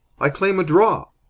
i claim a draw!